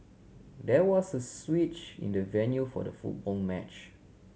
there was a switch in the venue for the football match